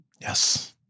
Yes